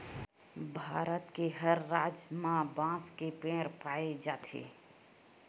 भारत के हर राज म बांस के पेड़ पाए जाथे